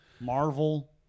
marvel